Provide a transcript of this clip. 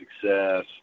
success